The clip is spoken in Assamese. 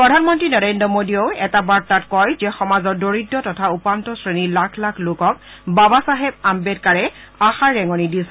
প্ৰধানমন্ত্ৰী নৰেন্দ্ৰ মোদীয়েও এটা বাৰ্তাত কয় যে সমাজৰ দৰিদ্ৰ তথা উপান্তশ্ৰেণীৰ লাখ লাখ লোকসকলক বাবা চাহেব আম্বেদকাৰে আশাৰ ৰেঙনি দিছিল